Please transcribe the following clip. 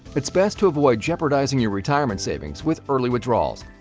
it's best to avoid jeopardizing your retirement savings with early withdrawals.